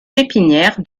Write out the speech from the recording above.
pépinière